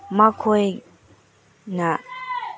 ꯃꯈꯣꯏꯅ